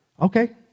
Okay